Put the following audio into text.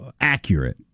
accurate